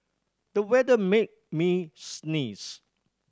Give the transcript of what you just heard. the weather made me sneeze